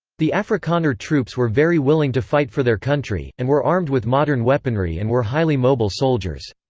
the afrikaner troops were very willing to fight for their country, and were armed with modern weaponry and were highly mobile soldiers.